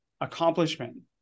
accomplishment